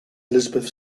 elizabeth